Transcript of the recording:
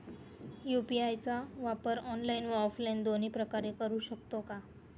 UPI चा वापर online व ऑफलाईन दोन्ही प्रकारे करु शकतो का?